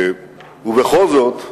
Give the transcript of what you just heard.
ובכל זאת,